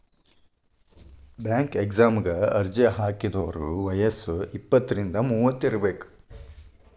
bank ಎಕ್ಸಾಮಗ ಅರ್ಜಿ ಹಾಕಿದೋರ್ ವಯ್ಯಸ್ ಇಪ್ಪತ್ರಿಂದ ಮೂವತ್ ಇರಬೆಕ್